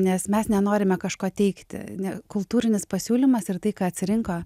nes mes nenorime kažko teigti ne kultūrinis pasiūlymas yra tai ką atsirinko